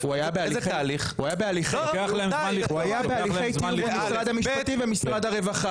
הוא היה בהליכים במשרד המשפטים ובמשרד הרווחה.